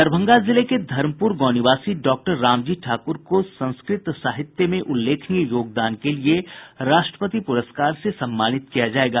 दरभंगा जिले के धर्मपूर गांव निवासी डॉक्टर रामजी ठाकूर को संस्कृत साहित्य में उल्लेखनीय योगदान के लिए राष्ट्रपति पुरस्कार से सम्मानित किया जायेगा